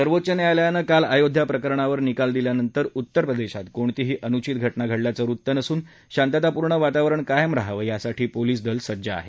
सर्वोच्च न्यायालयानं काल अयोध्या प्रकरणावर निकाल दिल्यानंतर उत्तर प्रदेशात कोणतीही अनुचित घटना घडल्याचं वृत्त नसून शांततापूर्ण वातावरण कायम रहावं यासाठी पोलीस दल सज्ज आहे